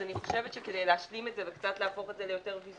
אז אני חושבת שכדי להשלים את זה וקצת להפוך את זה ליותר ויזואלי,